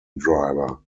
driver